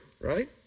right